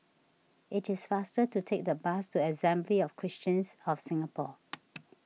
it is faster to take the bus to Assembly of Christians of Singapore